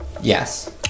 Yes